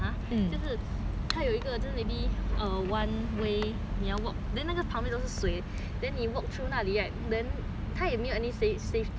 one way 你要 walk then 那个旁边都是水 then 你 walk through 那里 right then 它也没有 any safety lah 所以如果你你不小心:suo yiru guo ni ni bu xiao xin then